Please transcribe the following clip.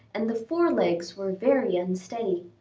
and the fore-legs were very unsteady.